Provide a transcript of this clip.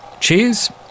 Cheers